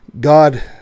God